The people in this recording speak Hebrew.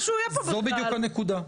זו בדיוק הנקודה.